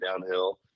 downhill